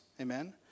Amen